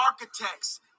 architects